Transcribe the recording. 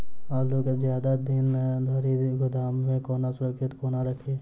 आलु केँ जियादा दिन धरि गोदाम मे कोना सुरक्षित कोना राखि?